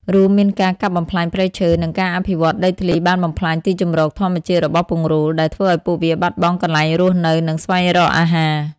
រួមមានការកាប់បំផ្លាញព្រៃឈើ និងការអភិវឌ្ឍន៍ដីធ្លីបានបំផ្លាញទីជម្រកធម្មជាតិរបស់ពង្រូល ដែលធ្វើឲ្យពួកវាបាត់បង់កន្លែងរស់នៅ និងស្វែងរកអាហារ។